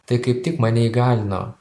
tai kaip tik mane įgalino